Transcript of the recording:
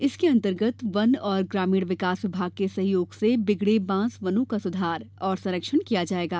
इसके अंतर्गत वन और ग्रामीण विकास विभाग के सहयोग से बिगड़े बांस वनों का सुधार और संरक्षण किया जायेगा